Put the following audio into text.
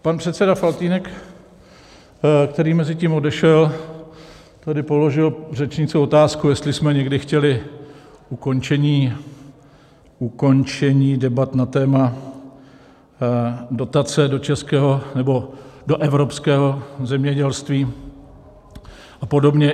Pan předseda Faltýnek, který mezitím odešel, tady položil řečnickou otázku, jestli jsme někdy chtěli ukončení debat na téma dotace do českého nebo do evropského zemědělství, a podobně.